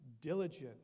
diligent